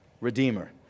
Redeemer